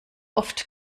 oft